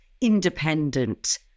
independent